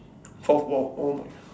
fourth !wow! oh my god